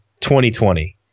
2020